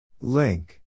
Link